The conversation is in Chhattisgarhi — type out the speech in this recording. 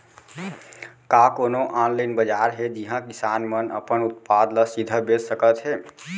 का कोनो अनलाइन बाजार हे जिहा किसान मन अपन उत्पाद ला सीधा बेच सकत हे?